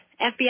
FBI